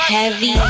Heavy